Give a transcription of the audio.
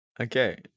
Okay